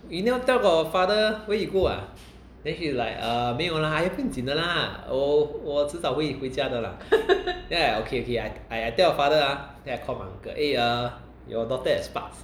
you never tell your father where you go ah then she's like err 没有啦 eh 不用紧的啦我迟早会回家的啦 then I okay okay I I tell your father ah then I call my uncle eh uh your daughter at sparks